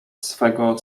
swego